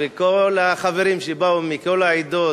וכל החברים שבאו מכל העדות,